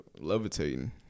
levitating